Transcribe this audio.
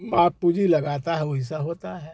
माँ पूँजी लगाता है वैसा होता है